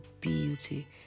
beauty